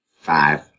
Five